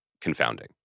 confounding